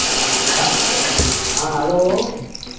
हाँ हैलो